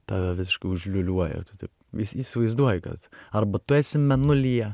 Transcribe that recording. tave visiškai užliūliuoja ir tu įs įsivaizduoji kad arba tu esi mėnulyje